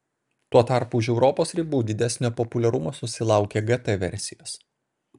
tuo tarpu už europos ribų didesnio populiarumo sulaukia gt versijos